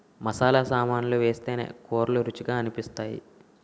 మసాలా సామాన్లు వేస్తేనే కూరలు రుచిగా అనిపిస్తాయి